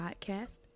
Podcast